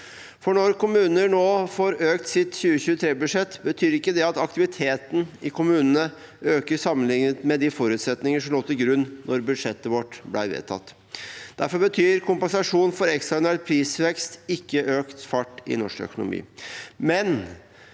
dag. Når kommunene nå får økt sitt 2023-budsjett, betyr ikke det at aktiviteten i kommunene øker, sammenlignet med de forutsetninger som lå til grunn da budsjettet vårt ble vedtatt. Derfor betyr kompensasjon for ekstraordinær prisvekst ikke økt fart i norsk økonomi.